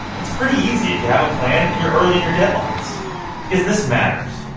it's pretty easy if you have a plan and you're early in your deadlines because this matters,